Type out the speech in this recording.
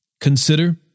Consider